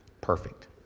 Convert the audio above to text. perfect